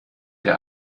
der